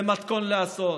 זה מתכון לאסון.